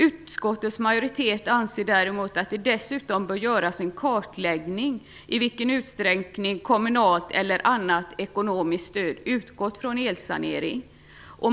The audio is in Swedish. Utskottets majoritet anser däremot att det dessutom bör göras en kartläggning av i vilken utsträckning kommunalt eller annat ekonomiskt stöd utgått till elsanering.